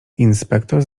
inspektor